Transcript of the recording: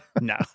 No